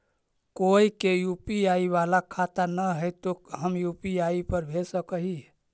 कोय के यु.पी.आई बाला खाता न है तो हम यु.पी.आई पर भेज सक ही?